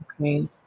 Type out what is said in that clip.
Okay